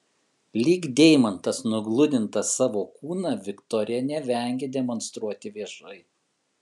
lyg deimantas nugludintą savo kūną viktorija nevengia demonstruoti viešai